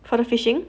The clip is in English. for the fishing